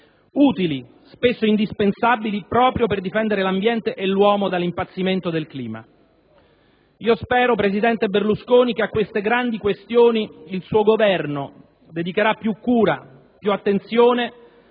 utili, spesso indispensabili proprio per difendere l'ambiente e l'uomo dall'impazzimento del clima. Io spero, presidente Berlusconi, che a queste grandi questioni il suo Governo dedicherà più cura, più attenzione